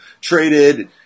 traded